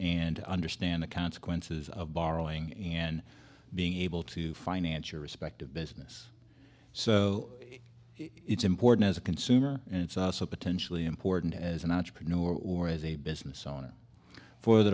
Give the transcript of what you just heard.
and understand the consequences of borrowing and being able to finance your respective business so it's important as a consumer and it's also potentially important as an entrepreneur or as a business owner for the